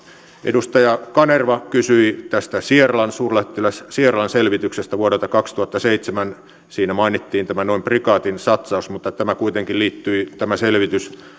edustaja kanerva kysyi tästä suurlähettiläs sierlan selvityksestä vuodelta kaksituhattaseitsemän siinä mainittiin tämä noin prikaatin satsaus mutta tämä selvitys kuitenkin liittyi